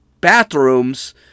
bathrooms